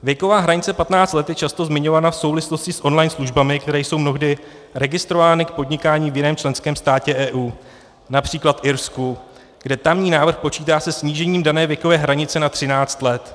Věková hranice 15 let je často zmiňovaná v souvislosti s online službami, které jsou mnohdy registrovány k podnikání v jiném členském státě EU, například v Irsku, kde tamní návrh počítá se snížením dané věkové hranice na 13 let.